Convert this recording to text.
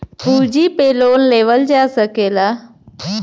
पूँजी पे लोन लेवल जा सकला